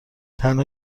تنها